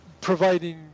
providing